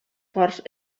forts